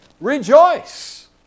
rejoice